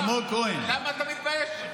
למה אתה מתבייש,